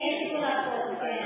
כן, נגד תיקון החוק.